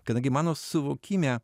kadangi mano suvokime